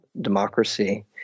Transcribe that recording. democracy